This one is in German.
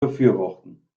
befürworten